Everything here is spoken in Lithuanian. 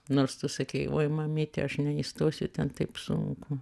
nors tu sakei oi mamyte aš neįstosiu ten taip sunku